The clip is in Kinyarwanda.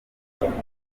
urukiko